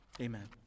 Amen